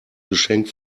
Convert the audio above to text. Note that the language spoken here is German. geschenk